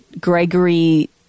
Gregory